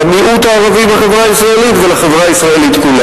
למיעוט הערבי בחברה הישראלית ולחברה הישראלית כולה.